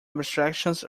abstractions